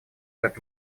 этот